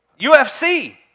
UFC